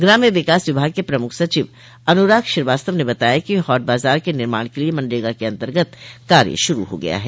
ग्राम्य विकास विभाग के प्रमुख सचिव अनुराग श्रीवास्तव ने बताया कि हॉट बाजार के निर्माण के लिए मनरेगा के अन्तर्गत कार्य शुरू हो गया है